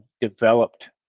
developed